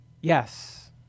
Yes